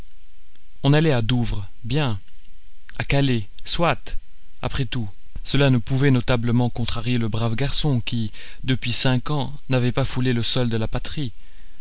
on allait à douvres bien a calais soit après tout cela ne pouvait notablement contrarier le brave garçon qui depuis cinq ans n'avait pas foulé le sol de la patrie